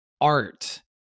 art